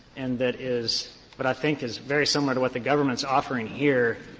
and that is what i think is very similar to what the government's offering here,